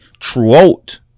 throughout